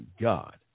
God